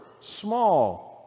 small